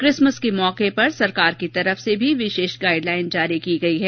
Christmas के मौके पर सरकार की तरफ से भी विशेष गाइडलाइन जारी की गई है